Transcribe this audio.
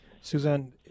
Suzanne